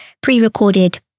pre-recorded